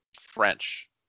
French